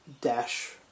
Dash